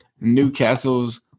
Newcastle's